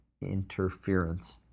interference